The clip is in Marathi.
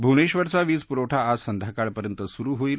भुवनेबरचा वीजपुरवठा आज संध्याकाळपर्यंत सुरु होईल